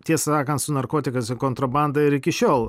tiesą sakant su narkotikais ir kontrabanda ir iki šiol